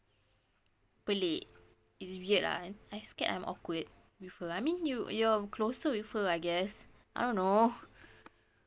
pelik it's weird ah I scared I'm awkward with her I mean you you're closer with her I guess I don't know